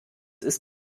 ist